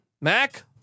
Mac